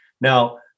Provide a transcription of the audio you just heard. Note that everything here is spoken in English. Now